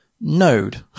node